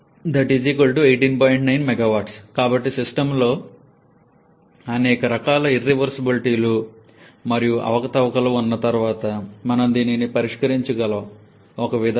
కాబట్టి కాబట్టి సిస్టమ్లో అనేక రకాల ఇర్రివర్సబులిటీ లు మరియు అవకతవకలు ఉన్న తర్వాత మనం దీనిని పరిష్కరించగల ఒక విధానం